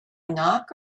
knock